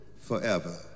forever